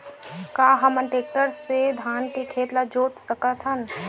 का हमन टेक्टर से धान के खेत ल जोत सकथन?